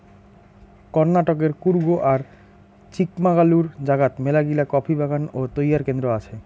কর্ণাটকের কূর্গ আর চিকমাগালুরু জাগাত মেলাগিলা কফি বাগান ও তৈয়ার কেন্দ্র আছে